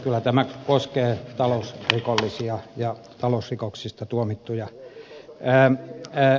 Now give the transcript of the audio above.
kyllä tämä koskee talousrikollisia ja talousrikoksista tuomittuja